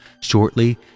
Shortly